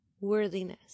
worthiness